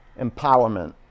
empowerment